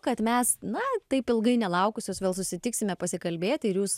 kad mes na taip ilgai nelaukusios vėl susitiksime pasikalbėti ir jūs